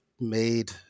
made